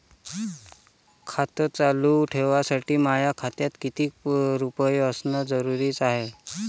खातं चालू ठेवासाठी माया खात्यात कितीक रुपये असनं जरुरीच हाय?